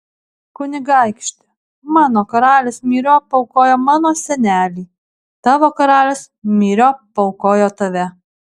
kunigaikšti mano karalius myriop paaukojo mano senelį tavo karalius myriop paaukojo tave